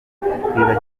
kwibagirwa